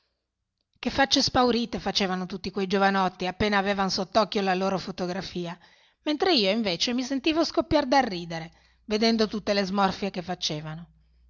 che facce spaurite facevano tutti quei giovanotti appena avevan sottocchio la loro fotografia mentre io invece mi sentivo scoppiar dal ridere vedendo tutte le smorfie che facevano